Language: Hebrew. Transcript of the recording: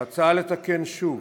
ההצעה לתקן שוב,